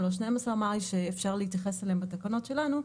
או 12 מייל שאפשר להתייחס אליהם בתקנות שלנו,